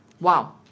Wow